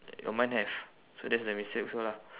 oh mine have so that's the mistake also lah